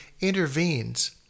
intervenes